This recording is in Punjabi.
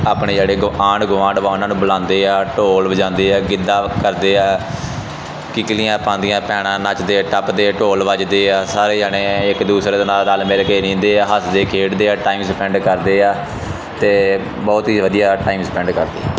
ਆਪਣੇ ਜਿਹੜੇ ਕੋਈ ਆਂਢ ਗੁਆਂਢ ਉਹਨਾਂ ਨੂੰ ਬੁਲਾਉਂਦੇ ਆ ਢੋਲ ਵਜਾਉਂਦੇ ਆ ਗਿੱਦਾ ਕਰਦੇ ਆ ਕਿਕਲੀਆਂ ਪਾਉਂਦੀਆਂ ਭੈਣਾਂ ਨੱਚਦੇ ਟੱਪਦੇ ਢੋਲ ਵੱਜਦੇ ਆ ਸਾਰੇ ਜਣੇ ਇੱਕ ਦੂਸਰੇ ਦੇ ਨਾਲ ਰਲ ਮਿਲ ਕੇ ਰਹਿੰਦੇ ਆ ਹੱਸਦੇ ਖੇਡਦੇ ਆ ਟਾਈਮ ਸਪੈਂਡ ਕਰਦੇ ਆ ਅਤੇ ਬਹੁਤ ਹੀ ਵਧੀਆ ਟਾਈਮ ਸਪੈਂਡ ਕਰਦੇ